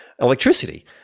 electricity